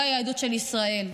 לא היהדות של ישראל.